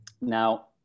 Now